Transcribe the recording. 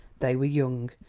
they were young,